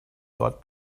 dort